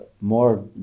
more